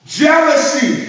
jealousy